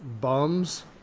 bums